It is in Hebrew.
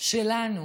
שלנו